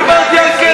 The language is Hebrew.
רק רגע,